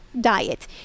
diet